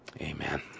Amen